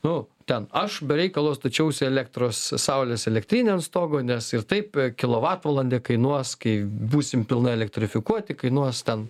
nu ten aš be reikalo stačiausi elektros saulės elektrinę ant stogo nes ir taip kilovatvalandė kainuos kai būsim pilnai elektrifikuoti kainuos ten